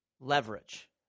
leverage